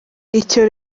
icyo